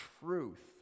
truth